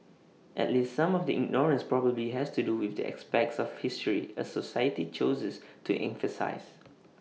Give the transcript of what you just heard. at least some of the ignorance probably has to do with the aspects of history A society chooses to emphasise